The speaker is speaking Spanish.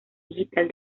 digital